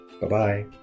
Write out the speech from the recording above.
Bye-bye